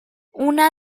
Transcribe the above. una